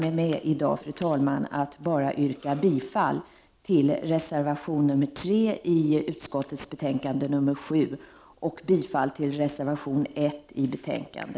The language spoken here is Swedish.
Jag får i dag nöja mig med att yrka bifall till reservation 3 i socialförsäkringsutskottets betänkande 7 och till reservation 1 i betänkande